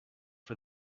for